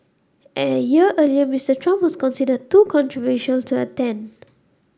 a year earlier Mister Trump was considered too controversial to attend